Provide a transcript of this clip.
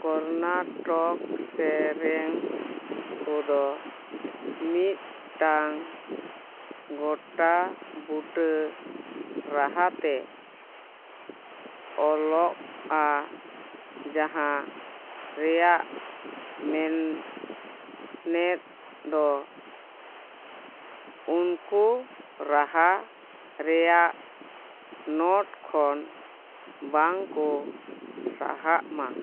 ᱠᱚᱨᱱᱟᱴᱤᱠᱟ ᱥᱮᱨᱮᱧ ᱠᱚᱫᱚ ᱢᱤᱫᱴᱟᱝ ᱜᱚᱴᱟ ᱵᱩᱴᱟᱹ ᱨᱟᱦᱟᱛᱮ ᱚᱞᱚᱜᱼᱟ ᱡᱟᱦᱟᱸ ᱨᱮᱱᱟᱜ ᱢᱮᱱᱮᱫ ᱫᱚ ᱩᱱᱠᱩ ᱨᱟᱦᱟ ᱨᱮᱱᱟᱜ ᱱᱳᱴ ᱠᱷᱚᱱ ᱵᱟᱝᱠᱚ ᱥᱟᱦᱟᱜ ᱢᱟ